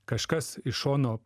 kažkas iš šono